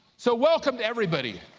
so welcome to everybody,